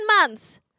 months